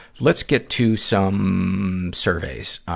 let's get to some, um. surveys.